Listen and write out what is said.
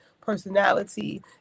personality